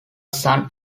son